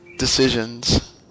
decisions